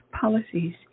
policies